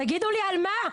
תגידו לי, על מה?